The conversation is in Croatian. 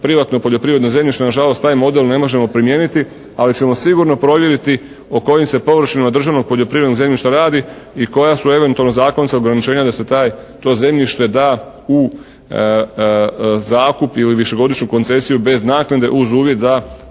privatno poljoprivredno zemljište na žalost taj model ne možemo primijeniti ali ćemo provjeriti o kojim se površinama državnog poljoprivrednog zemljišta radi i koja su eventualno zakonska ograničenja da se taj, to zemljište da u zakup ili u višegodišnju koncesiju uz bez naknade uz uvjet da